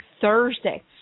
Thursday